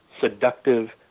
seductive